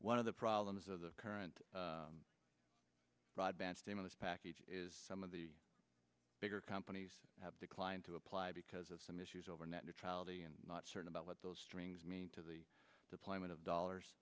one of the problems of the current broadband stimulus package is some of the bigger companies have declined to because of some issues over net neutrality and not certain about what those strings mean to the deployment of dollars